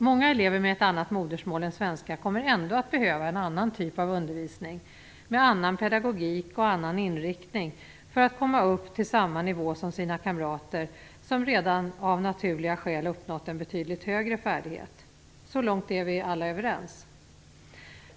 Många elever med ett annat modersmål än svenska kommer ändå att behöva en annan typ av undervisning med en annan pedagogik och en annan inriktning för att komma upp till samma nivå som sina kamrater som redan av naturliga skäl uppnått en betydligt högre färdighet. Så långt är vi alla överens.